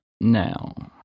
Now